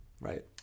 right